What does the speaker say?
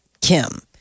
Kim